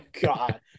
god